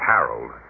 Harold